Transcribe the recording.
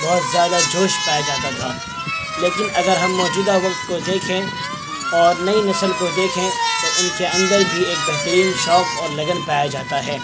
بہت زیادہ جوش پایا جاتا تھا لیکن اگر ہم موجودہ وقت کو دیکھیں اور نئی نسل کو دیکھیں تو ان کے اندر بھی ایک بہترین شوق اور لگن پایا جاتا ہے